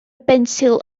bensil